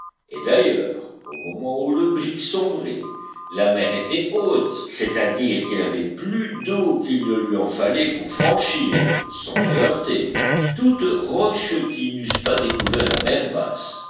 et d'ailleurs au moment où le brick sombrait la mer était haute c'est-à-dire qu'il avait plus d'eau qu'il ne lui en fallait pour franchir sans les heurter toutes roches qui n'eussent pas découvert à mer basse